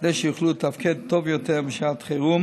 כדי שיוכלו לתפקד טוב יותר בשעת חירום